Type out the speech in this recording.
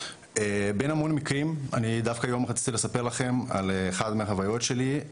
בין המון מקרים אני דווקא היום רציתי לספר לכם על אחד מהחוויות שלי,